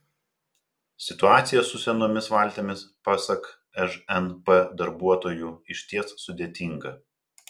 situacija su senomis valtimis pasak žnp darbuotojų išties sudėtinga